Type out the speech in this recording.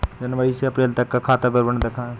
जनवरी से अप्रैल तक का खाता विवरण दिखाए?